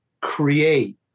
create